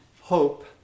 hope